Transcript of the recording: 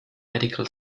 medical